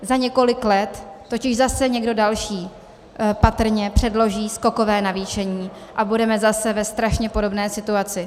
Za několik let totiž zase někdo další patrně předloží skokové navýšení a budeme zase ve strašně podobné situaci.